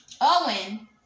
Owen